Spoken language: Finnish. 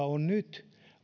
on nyt